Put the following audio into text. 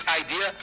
idea